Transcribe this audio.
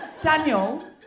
Daniel